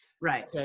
Right